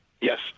yes